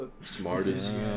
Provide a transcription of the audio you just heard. Smartest